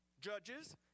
Judges